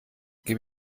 gebe